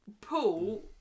Paul